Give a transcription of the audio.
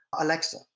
Alexa